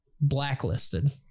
blacklisted